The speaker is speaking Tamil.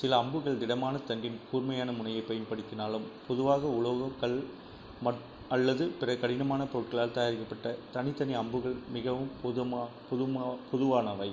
சில அம்புகள் திடமானத் தண்டின் கூர்மையான முனையைப் பயன்படுத்தினாலும் பொதுவாக உலோகம் கல் மற் அல்லது பிற கடினமான பொருட்களால் தயாரிக்கப்பட்ட தனித்தனி அம்புகள் மிகவும் பொதுமா பொதுமா பொதுவானவை